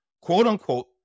quote-unquote